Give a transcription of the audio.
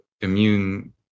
immune